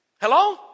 Hello